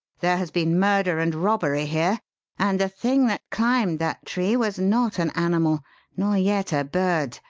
there has been murder and robbery here and the thing that climbed that tree was not an animal nor yet a bird.